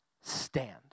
stand